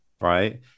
right